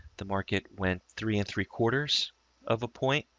the market went three and three quarters of a point.